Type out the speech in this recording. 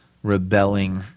rebelling